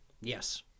Yes